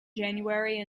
january